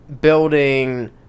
building